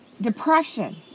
Depression